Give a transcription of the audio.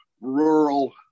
rural